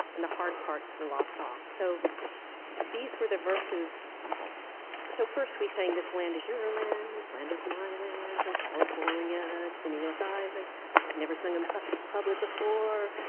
and the hard parts were lopped off. so these were the verses so first, we sang, this land is your land, this land is my land, and from california to the new york island i've never sung in public before